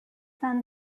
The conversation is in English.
son